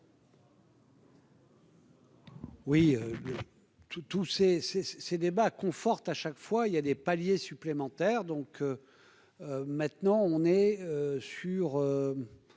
ces ces, ces débats conforte à chaque fois il y a des paliers supplémentaires, donc maintenant on est sûr